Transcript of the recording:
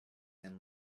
and